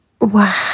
wow